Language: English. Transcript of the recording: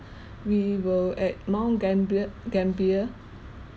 we were at mount gambier gambier